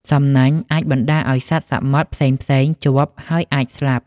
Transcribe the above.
សំណាញ់អាចបណ្តាលឲ្យសត្វសមុទ្រផ្សេងៗជាប់ ហើយអាចស្លាប់។